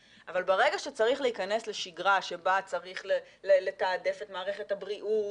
אבל ברגע שצריך להיכנס לשגרה שבה צריך לתעדף את מערכת הבריאות